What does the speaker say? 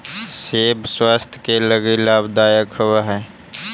सेब स्वास्थ्य के लगी लाभदायक होवऽ हई